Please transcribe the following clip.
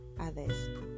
others